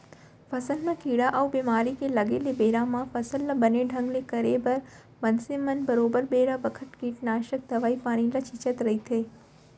फसल म कीरा अउ बेमारी के लगे ले बेरा म फसल ल बने ढंग ले करे बर मनसे मन बरोबर बेरा बखत कीटनासक दवई पानी ल छींचत रथें